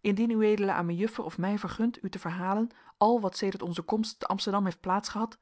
indien ued aan mejuffer of mij vergunt u te verhalen al wat sedert onze komst te amsterdam heeft